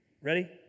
Ready